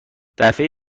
دفعه